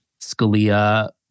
Scalia